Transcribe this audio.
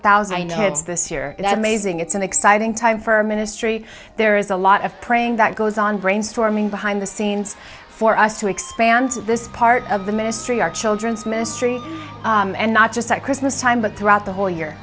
thousand heads this year and i mazing it's an exciting time for our ministry there is a lot of praying that goes on brainstorming behind the scenes for us to expand this part of the ministry our children's ministry and not just at christmas time but throughout the whole year